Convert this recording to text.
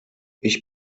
ich